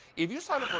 if you sign